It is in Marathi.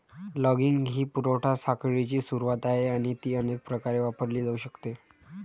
लॉगिंग ही पुरवठा साखळीची सुरुवात आहे आणि ती अनेक प्रकारे वापरली जाऊ शकते